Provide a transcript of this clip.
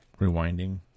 rewinding